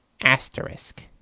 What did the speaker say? Asterisk